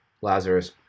Lazarus